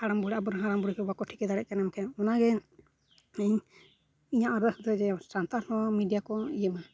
ᱦᱟᱲᱟᱢᱼᱵᱩᱲᱦᱤ ᱟᱵᱚ ᱨᱮᱱ ᱦᱟᱲᱟᱢᱼᱵᱩᱲᱦᱤ ᱠᱚ ᱵᱟᱠᱚ ᱴᱷᱤᱠᱟᱹ ᱫᱟᱲᱮᱭᱟᱜ ᱠᱟᱱᱟ ᱚᱱᱟᱜᱮ ᱤᱧ ᱤᱧᱟᱹᱜ ᱟᱨᱫᱟᱥ ᱫᱚ ᱡᱮ ᱥᱟᱱᱛᱟᱲ ᱦᱚᱸ ᱢᱤᱰᱤᱭᱟ ᱠᱚ ᱤᱭᱟᱹᱭᱢᱟ